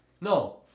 No